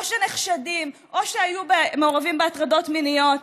שנחשדים או שהיו מעורבים בהטרדות מיניות,